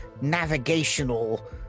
navigational